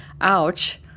Ouch